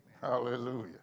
Hallelujah